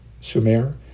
Sumer